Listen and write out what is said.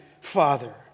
father